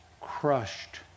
crushed